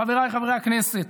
חבריי חברי הכנסת,